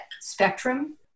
Spectrum